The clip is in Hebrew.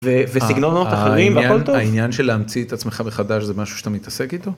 העניין של להמציא את עצמך מחדש זה משהו שאתה מתעסק איתו.